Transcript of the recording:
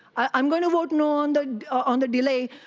i am going to vote no and on the delay,